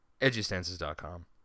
Edgystances.com